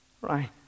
Right